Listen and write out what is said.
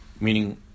meaning